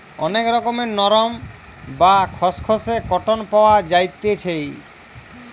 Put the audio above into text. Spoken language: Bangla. অনেক রকমের নরম, বা খসখসে কটন পাওয়া যাইতেছি